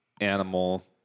animal